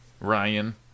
Ryan